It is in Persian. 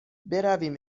برویم